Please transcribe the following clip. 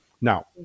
now